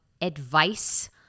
advice